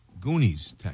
Goonies